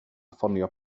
ffonio